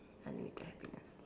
unlimited happiness